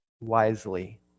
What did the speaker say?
wisely